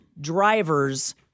drivers